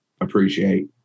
appreciate